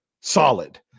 solid